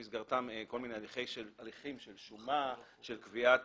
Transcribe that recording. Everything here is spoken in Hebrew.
יש במסגרתם כל מיני הליכים של שומה, של קביעת